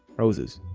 roses.